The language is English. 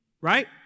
Right